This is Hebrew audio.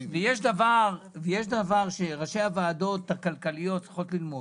יש דבר שראשי הוועדות הכלכליות צריכות ללמוד,